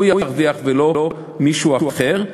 הוא ירוויח ולא מישהו אחר.